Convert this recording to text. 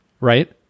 right